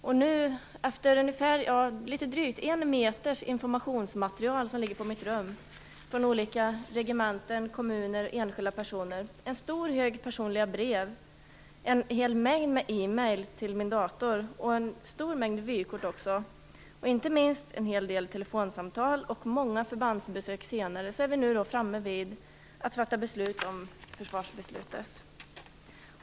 Jag har drygt en meter informationsmaterial, som ligger på mitt rum, från olika regementen, kommuner och enskilda personer. Jag har också en stor hög personliga brev, en stor mängd vykort och en hel mängd med e-brev till min dator. Jag har inte minst fått en hel del telefonsamtal och gjort många förbandsbesök. Efter allt detta är vi nu framme vid att fatta försvarsbeslutet.